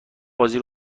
بازی